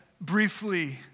briefly